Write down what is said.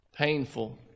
painful